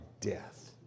death